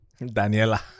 Daniela